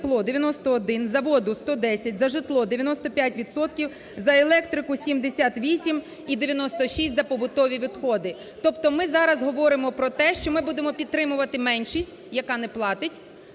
Тобто ми зараз говоримо про те, що ми будемо підтримувати меншість, яка не платить,